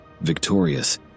Victorious